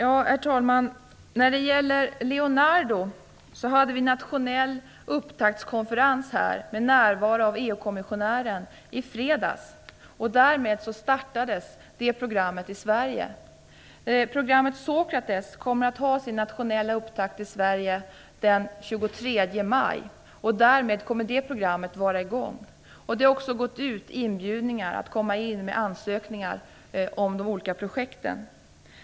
Herr talman! När det gäller Leonardo hade vi i fredags nationell upptaktskonferens här med närvaro av EU-kommissionären. Därmed startades det programmet i Sverige. Programmet Sokrates kommer att ha sin nationella upptakt i Sverige den 23 maj, och därmed kommer det programmet att vara i gång. Det har också gått ut inbjudningar att komma in med ansökningar om de olika projekten.